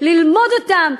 ללמוד אותם,